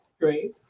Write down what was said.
Great